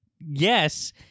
yes-